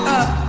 up